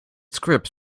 scripts